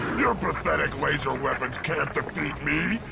your pathetic laser weapons can't defeat me,